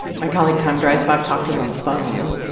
my colleague tom dreisbach talked to him on the phone.